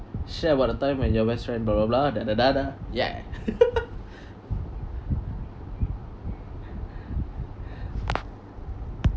share about the time when your best friend blah blah blah da da da da yeah